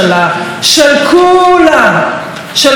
של כל אחד ואחת מאזרחי ישראל,